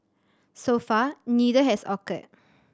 so far neither has occurred